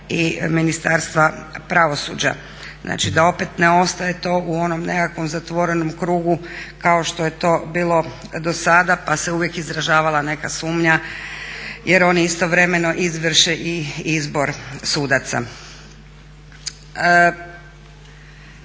i Ministarstva pravosuđa, znači da opet ne ostaje to u onom nekakvom zatvorenom krugu kao što je to bilo do sada pa se uvijek izražavala neka sumnja jer oni istovremeno izvrše i izbor sudaca.